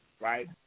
right